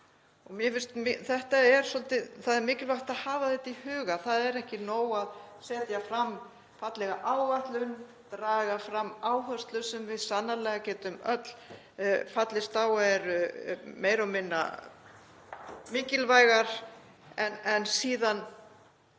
framkvæmda á réttum tíma. Það er mikilvægt að hafa þetta í huga, það er ekki nóg að setja fram fallega áætlun, draga fram áherslur sem við sannarlega getum öll fallist á að eru meira og minna mikilvægar en síðan